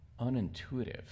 unintuitive